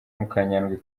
mukanyandwi